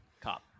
Cop